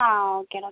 ആ okay doctor